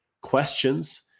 questions